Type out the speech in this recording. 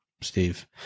Steve